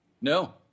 No